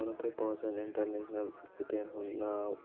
بہٕ وَنو تۄہہِ پانٛژن اِنٹرنیشنل سِٹی ین ہُنٛد ناو